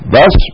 Thus